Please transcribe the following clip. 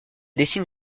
dessine